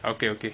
okay okay